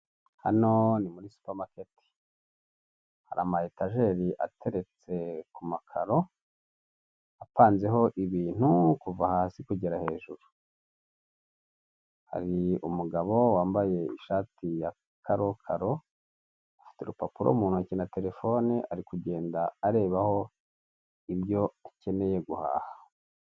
Hano ni muri supamaketi hari ama etajeri ateretse ku makaro apanzeho ibintu kuva hasi kugera hejuru, hari umugabo wambaye ishati ya karokaro afite urupapuro mu ntoki na terefoni ari kugenda arebaho ibyo akeneye guhaha.